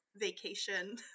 vacation